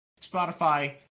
Spotify